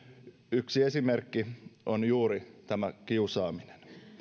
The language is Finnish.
yksi esimerkki on juuri kiusaaminen